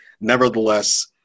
Nevertheless